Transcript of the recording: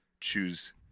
choose